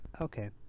Okay